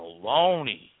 Maloney